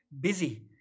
busy